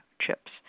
chips